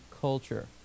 culture